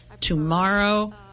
tomorrow